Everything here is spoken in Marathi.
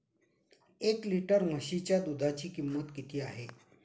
एक लिटर म्हशीच्या दुधाची किंमत किती आहे?